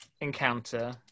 encounter